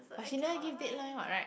but she never give deadline what right